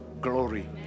glory